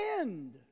end